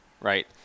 right